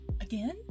Again